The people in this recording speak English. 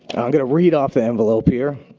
i'm gonna read off the envelope here.